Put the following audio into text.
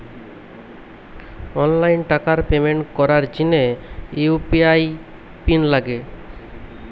online টাকার payment করার জিনে ইউ.পি.আই পিন লাগে